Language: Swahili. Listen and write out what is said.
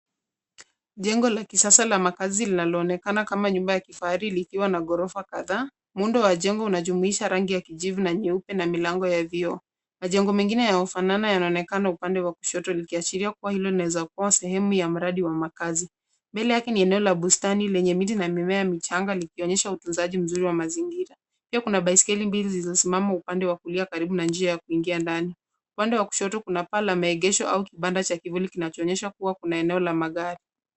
Jengo la kisasa la makazi linaonekana kama nyumba la kifahari likiwa na gorofa kadhaa. Muundo wa jengo una jumuisha rangi ya kijivu na nyeupe na milango ya vioo. Majengo mengine yana fanana yako upande wa kushoto yaki ashiria kuwa hio ina weza sehemu ya mradi ya makaazi. Mbele yake ni eneo la bustani lenye miti na mimea michanga likionyesha utunzaji mzuri wa mazingira, pia kuna baisikeli mbili zilizo simama upande wa kulia karibu na njia ya kuingia ndani. Upande wa kushoto kuna paa la maegesho au kibanda cha kivuli kinacho onyesha kuwa kuna eneo la magari.